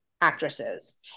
actresses